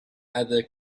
other